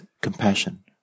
compassion